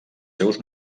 seus